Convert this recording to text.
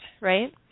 right